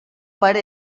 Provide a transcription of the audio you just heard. pare